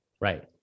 Right